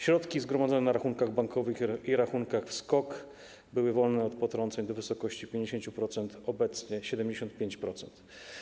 Środki zgromadzone na rachunkach bankowych i rachunkach w SKOK były wolne od potrąceń do wysokości 50%, a obecnie jest to 75%.